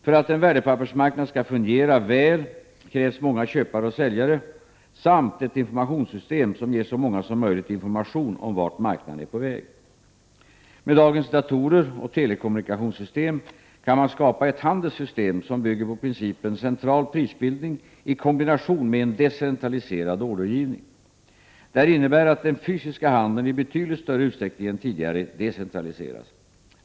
För att en värdepappersmarknad skall fungera väl krävs många köpare och säljare samt ett informationssystem som ger så många som möjligt information om vart marknaden är på väg. Med dagens datorer och telekommunikationssystem kan man skapa ett handelssystem som bygger på principen central prisbildning i kombination med en decentraliserad ordergivning. Det här innebär att den fysiska handeln i betydligt större utsträckning än tidigare decentraliseras.